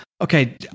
Okay